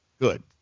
Good